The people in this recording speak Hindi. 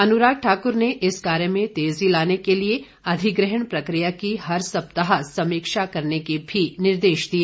अनुराग ठाकुर ने इस कार्य में तेजी लाने के लिए अधिग्रहण प्रकिया की हर सप्ताह समीक्षा करने के भी निर्देश दिए